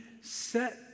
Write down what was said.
set